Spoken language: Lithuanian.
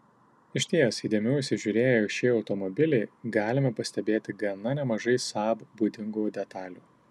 išties įdėmiau įsižiūrėję į šį automobilį galime pastebėti gana nemažai saab būdingų detalių